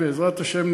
בעזרת השם,